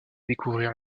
découvrir